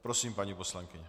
Prosím, paní poslankyně.